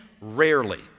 rarely